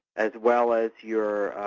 as well as your